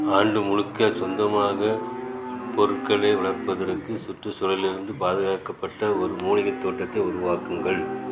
ஆண்டு முழுக்க சொந்தமாக உட்பொருள்களை வளர்ப்பதற்கு சுற்றுச்சூழலிருந்து பாதுகாக்கப்பட்ட ஒரு மூலிகைத் தோட்டத்தை உருவாக்குங்கள்